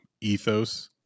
ethos